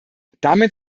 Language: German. damit